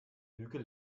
bügel